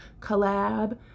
collab